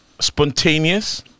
Spontaneous